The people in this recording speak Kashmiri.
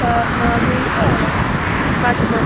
صاف مازٕے چھُ اوا کٹہٕ ماز